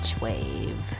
Wave